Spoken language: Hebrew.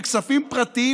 וכספים פרטיים,